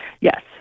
Yes